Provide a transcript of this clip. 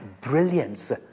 brilliance